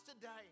today